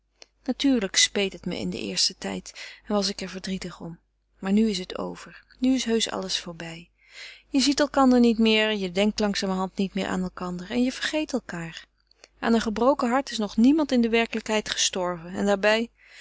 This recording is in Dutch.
natuurlijk speet het me in den eersten tijd en was ik er verdrietig om maar nu is het over nu is heusch alles voorbij je ziet elkander niet meer je denkt langzamerhand niet meer aan elkander en je vergeet elkaâr aan een gebroken hart is nog niemand in de werkelijkheid gestorven en daarbij